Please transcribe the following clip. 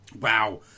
Wow